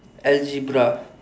algebra